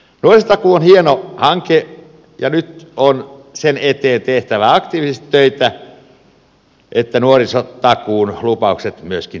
nuorisotakuu on hieno hanke ja nyt on sen eteen tehtävä aktiivisesti töitä että nuorisotakuun lupaukset myöskin